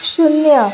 शून्य